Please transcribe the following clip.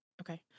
Okay